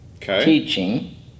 teaching